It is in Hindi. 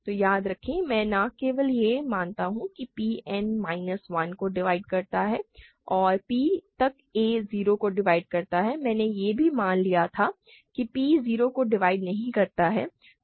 तो याद रखें मैं न केवल यह मानता हूं कि p n माइनस 1 को डिवाइड करता है और p तक a 0 को डिवाइड करता है मैंने यह भी मान लिया था कि p 0 को डिवाइड नहीं करता है